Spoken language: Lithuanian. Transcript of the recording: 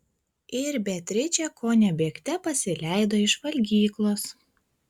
ir beatričė kone bėgte pasileido iš valgyklos